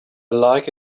like